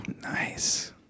Nice